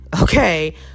okay